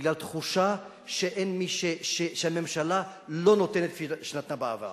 בגלל תחושה שהממשלה לא נותנת כפי שנתנה בעבר.